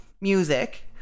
music